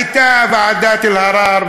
הייתה ועדת אלהרר,